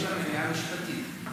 יש לה מניעה משפטית,